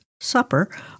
supper